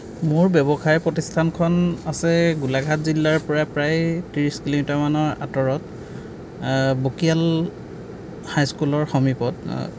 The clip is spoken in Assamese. মোৰ ব্য়ৱসায় প্ৰতিষ্ঠানখন আছে গোলাঘাট জিলাৰপৰা প্ৰায় ত্ৰিশ কিলোমিটাৰমানৰ আঁতৰত বকিয়াল হাইস্কুলৰ সমীপত